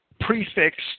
prefixed